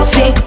See